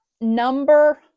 number